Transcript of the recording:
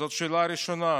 זאת שאלה ראשונה.